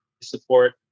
support